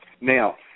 Now